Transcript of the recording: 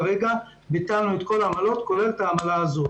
כרגע ביטלנו את כל העמלות כולל את העמלה הזאת.